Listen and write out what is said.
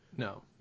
No